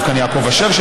יושב כאן יעקב אשר,